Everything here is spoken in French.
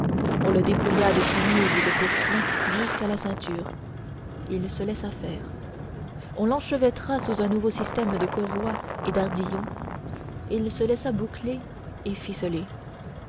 on le dépouilla de chemise et de pourpoint jusqu'à la ceinture il se laissa faire on l'enchevêtra sous un nouveau système de courroies et d'ardillons il se laissa boucler et ficeler